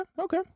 okay